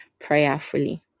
prayerfully